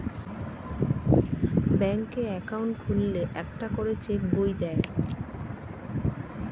ব্যাঙ্কে অ্যাকাউন্ট খুললে একটা করে চেক বই দেয়